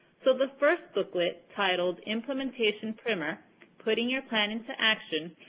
so, the first booklet, titled implementation primer putting your plan into action,